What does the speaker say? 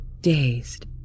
Dazed